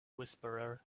whisperer